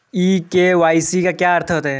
ई KYC का क्या अर्थ होता है?